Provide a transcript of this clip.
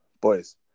Boys